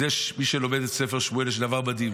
אז יש, מי שלומד את ספר שמואל יש דבר מדהים,